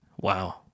Wow